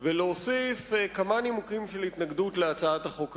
ולהוסיף כמה נימוקים של התנגדות להצעת החוק הזאת.